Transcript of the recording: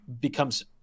becomes